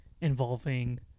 involving